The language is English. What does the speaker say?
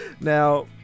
Now